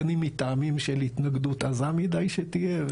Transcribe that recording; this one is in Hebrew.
בין אם מטעמים של התנגדות עזה מידי שתהיה,